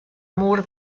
mur